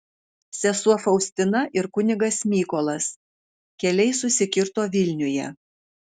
sesuo faustina ir kunigas mykolas keliai susikirto vilniuje